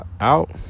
out